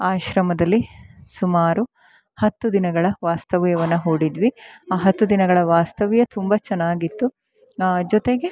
ಆಶ್ರಮದಲ್ಲಿ ಸುಮಾರು ಹತ್ತು ದಿನಗಳ ವಾಸ್ತವ್ಯವನ್ನು ಹೂಡಿದ್ವಿ ಆ ಹತ್ತು ದಿನಗಳ ವಾಸ್ತವ್ಯ ತುಂಬ ಚೆನ್ನಾಗಿತ್ತು ಜೊತೆಗೆ